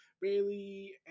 Bailey